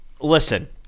Listen